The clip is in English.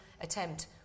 attempt